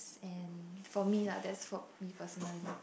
and for me lah that's for me personally